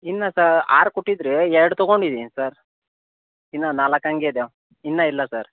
ಇನ್ನೂ ಸಾ ಆರು ಕೊಟ್ಟಿದ್ದಿರಿ ಎರಡು ತೊಗೊಂಡಿದೀನಿ ಸರ್ ಇನ್ನೂ ನಾಲ್ಕು ಹಂಗೇ ಇದೆ ಇನ್ನೂ ಇಲ್ಲ ಸರ್